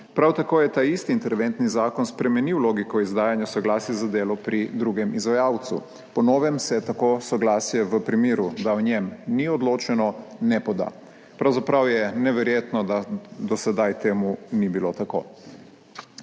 Prav tako je ta isti interventni zakon spremenil logiko izdajanja soglasij za delo pri drugem izvajalcu. Po novem se tako soglasje v primeru, da o njem ni odločeno, ne poda. Pravzaprav je neverjetno, da do sedaj ni bilo tako.